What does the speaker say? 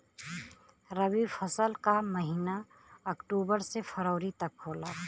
रवी फसल क महिना अक्टूबर से फरवरी तक होला